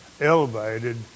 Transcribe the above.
elevated